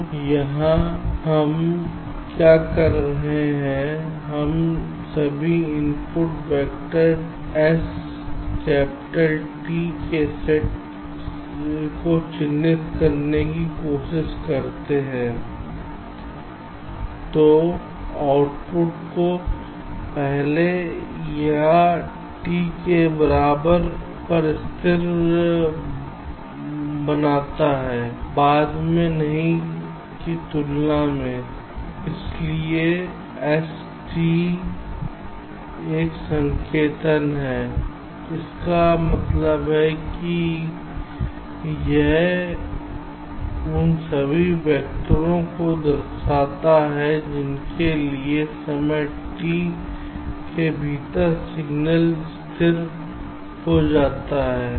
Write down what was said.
तो यहां हम क्या कर रहे हैं हम सभी input vector S capital T के सेट को चिह्नित करने की कोशिश कर रहे हैं जो आउटपुट को पहले या t के बराबर पर स्थिर बनाता है बाद में नहीं की तुलना में इसलिए S एक संकेतन है इसका मतलब है यह उन सभी वैक्टरों को दर्शाता है जिनके लिए समय टी के भीतर सिग्नल स्थिर हो जाता है